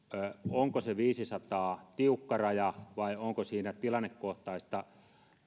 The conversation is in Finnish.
onko se viisisataa tiukka raja vai onko siinä tilannekohtaista